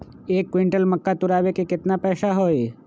एक क्विंटल मक्का तुरावे के केतना पैसा होई?